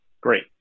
great